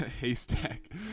haystack